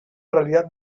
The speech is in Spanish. realidad